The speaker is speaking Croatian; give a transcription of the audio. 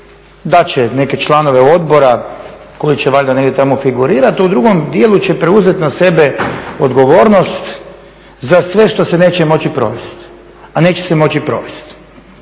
dat će neke članove odbora koji će valjda negdje tamo figurirati, u drugom dijelu će preuzeti na sebe odgovornost za sve što se neće moći provesti, a neće se moći provesti.